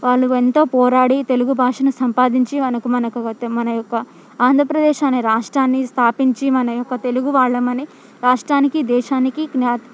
వాళ్ళు ఎంతో పోరాడి తెలుగు భాషను సంపాదించి మనకు మనకు వ మన యొక్క ఆంధ్రప్రదేశ్ అనే రాష్ట్రాన్ని స్థాపించి మన యొక్క తెలుగు వాళ్ళమని రాష్ట్రానికి దేశానికి ఖ్యాత్